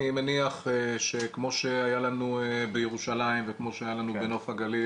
אני מניח שכמו שהיה לנו בירושלים וכמו שהיה לנו בנוף הגליל